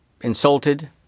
insulted